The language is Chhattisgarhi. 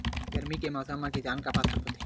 गरमी के मौसम मा किसान का फसल बोथे?